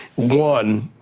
one,